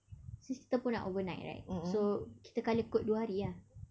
since kita pun nak overnight right so kita colour code dua hari ah